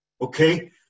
Okay